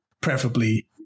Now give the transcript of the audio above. preferably